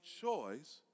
choice